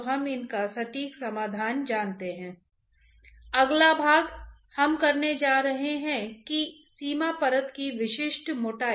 तो यह एक साथ हीट मास्स और मोमेंटम ट्रांसपोर्ट की तरह होगा